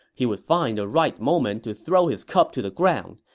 he would find the right moment to throw his cup to the ground,